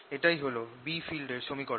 এটাই হল B field এর সমীকরণ